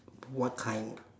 what kind